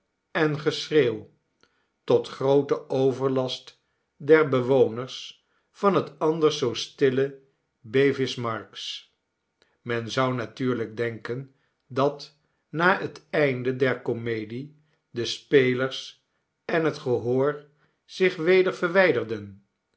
en geschreeuw tot groote overlast der bewoners van het anders zoo stille bevis marks men zou natuurlijk denken dat na het einde der komedie de spelers en het gehoor zich weder verwijderden